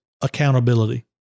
accountability